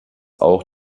auch